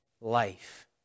life